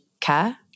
care